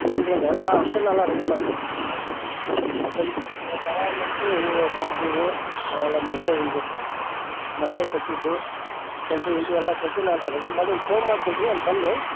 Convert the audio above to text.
ಎಂಟು ಗಂಟೆಗೆ ಅಲ್ವಾ ರೆಡಿ ಮಾಡ್ಕೊಡ್ತೀನಿ ಸರ್ ಆಯ್ತು ಹಾಗಾದ್ರೆ ಮತ್ತು ನಿಮ್ಗೆ ಒಂದು ಸರ ಮತ್ತು ಹೂವು ಕೆಂಪು ಹೂವು ಮಲ್ಲಿಗೆ ಹೂವಿಂದು ಮಲ್ಲಿಗೆ ಹೂವ್ ಕಟ್ಟಿದ್ದು ಚೆಂಡು ಹೂವು ಇದು ಎಲ್ಲ ಕಟ್ಟಿ ನಾನು ರೆಡಿ ಮಾಡಿ ನಿಮ್ಗೆ ಫೋನ್ ಮಾಡ್ತೀನಿ ರಿ ಅಲ್ಲಿ ಬಂದು